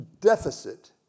Deficit